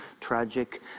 tragic